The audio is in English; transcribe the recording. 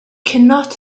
cannot